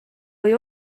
või